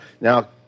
Now